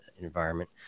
environment